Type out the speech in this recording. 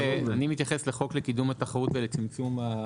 אני מתייחס לחוק לקידום התחרות ולצמצום הריכוזיות.